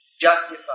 justify